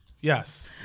Yes